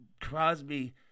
Crosby